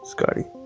Scotty